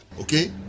Okay